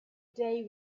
day